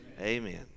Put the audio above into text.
Amen